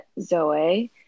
Zoe